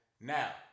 now